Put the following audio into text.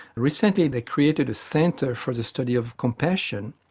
recently they created a centre for the study of compassion,